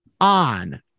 on